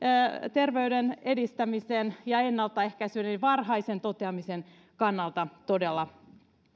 terveyden edistämisen ja ennaltaehkäisyn eli varhaisen toteamisen kannalta todella